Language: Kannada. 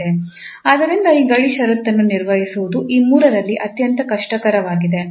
ಆದ್ದರಿಂದ ಈ ಗಡಿ ಷರತ್ತನ್ನು ನಿರ್ವಹಿಸುವುದು ಈ ಮೂರರಲ್ಲಿ ಅತ್ಯಂತ ಕಷ್ಟಕರವಾಗಿದೆ